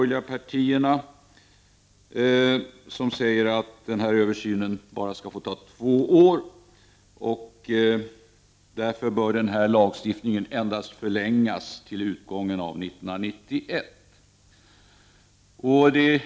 I denna sägs det att den nuvarande lagen om kreditpolitiska medel inte behöver förlängas med tre år utan endast med två år, dvs. till utgången av 1991.